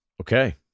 okay